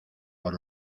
por